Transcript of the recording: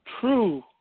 true